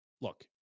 look